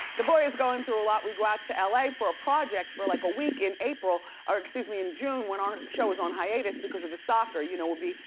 the boy is going through a lot. we go out to la for a project for like a week in april or excuse me, in june when our show is on hiatus because of the soccer, you know we'll be,